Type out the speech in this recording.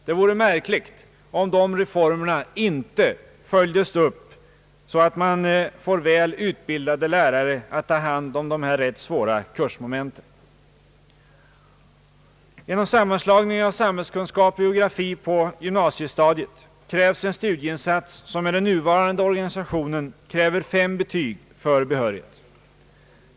Det vore märkligt om de re formerna inte följdes upp så att man får väl utbildade lärare att ta hand om dessa rätt svåra kursmoment. Genom sammanslagningen av samhällskunskap och geografi på gymnasiestadiet krävs en studieinsats som med den nuvarande organisationen kräver fem betyg för behörighet.